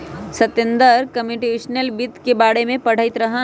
Satender computational वित्त के बारे में पढ़ईत रहन